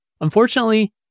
Unfortunately